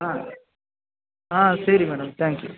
ಹಾಂ ಹಾಂ ಸರಿ ಮೇಡಮ್ ತ್ಯಾಂಕ್ ಯು